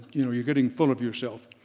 you know you're getting full of yourself.